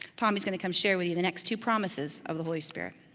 tommy's gonna come share with you the next two promises of the holy spirit.